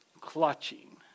clutching